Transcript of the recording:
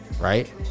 right